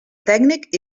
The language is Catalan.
tècnic